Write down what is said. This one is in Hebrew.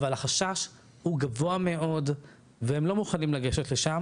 אבל החשש הוא גבוה מאוד והם לא מוכנים לגשת לשם